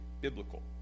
biblical